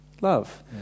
love